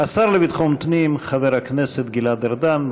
השר לביטחון הפנים חבר הכנסת גלעד ארדן.